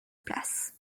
place